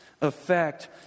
effect